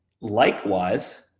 likewise